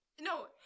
No